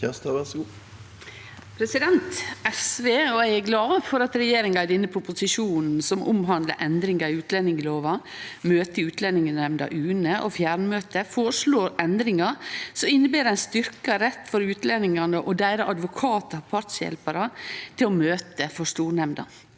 SV og eg er glade for at regjeringa i denne proposisjonen, som handlar om endringar i utlendingslova, møte i Utlendingsnemnda UNE og fjernmøte, føreslår endringar som inneber ein styrkt rett for utlendingane og deira advokatar og partshjelparar til å møte for stornemnda.